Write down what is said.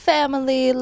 Family